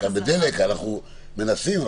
גם בדלק אנחנו מנסים,